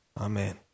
Amen